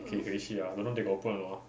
不可以回去 ah don't know they open or not